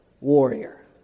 warrior